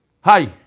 Hi